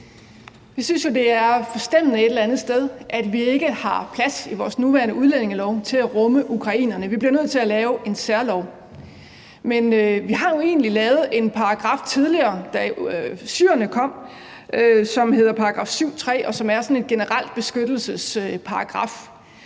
Vi synes jo, det et eller andet sted er forstemmende, at vi ikke har plads i vores nuværende udlændingelov til at rumme ukrainerne, så vi bliver nødt til at lave en særlov. Men vi har jo egentlig lavet en paragraf tidligere, da syrerne kom, som hedder § 7.3, og som er sådan en generel beskyttelsesparagraf.